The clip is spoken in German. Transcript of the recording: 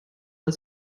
als